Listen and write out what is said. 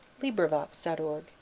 Librivox.org